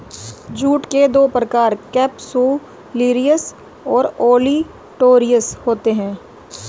jute के दो प्रकार केपसुलरिस और ओलिटोरियस होते हैं